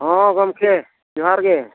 ᱦᱮᱸ ᱜᱚᱢᱠᱮ ᱡᱚᱦᱟᱨ ᱜᱮ